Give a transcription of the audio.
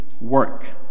work